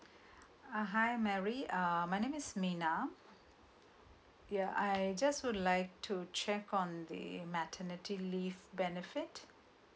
uh hi mary uh my name is mina ya I just would like to check on the maternity leave benefit